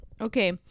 Okay